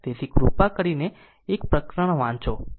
તેથી કૃપા કરીને એક પ્રકરણ વાંચો